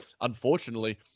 unfortunately